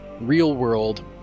real-world